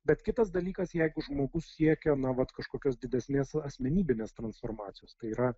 bet kitas dalykas jei žmogus siekia na vat kažkokios didesnės asmenybinės transformacijos tai yra